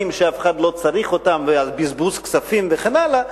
שאף אחד לא צריך אותם ועל בזבוז כספים וכן הלאה,